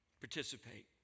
participate